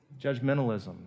judgmentalism